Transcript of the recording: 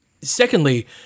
Secondly